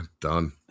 done